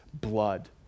blood